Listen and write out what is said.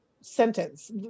sentence